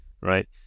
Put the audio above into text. right